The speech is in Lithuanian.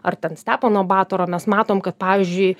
ar ten stepono batoro mes matom kad pavyzdžiui